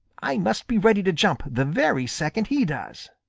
i must be ready to jump the very second he does.